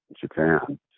Japan